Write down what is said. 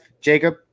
Jacob